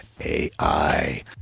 AI